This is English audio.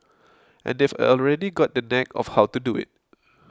and they've already got the knack of how to do it